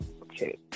Okay